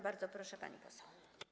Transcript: Bardzo proszę, pani poseł.